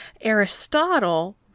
Aristotle